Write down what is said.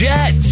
Jet